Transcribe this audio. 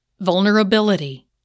vulnerability